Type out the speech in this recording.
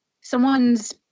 someone's